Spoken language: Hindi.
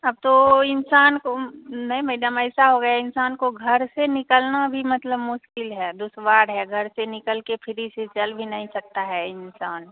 अब तो इंसान को नहीं मैडम ऐसा हो गया है इंसान को घर से निकलना भी मतलब मुश्किल है दुश्वार है घर से निकलके फिरी से चल भी नहीं सकता है इंसान